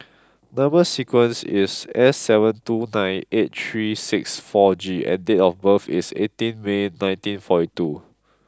number sequence is S seven two nine eight three six four G and date of birth is eighteen May and nineteen forty two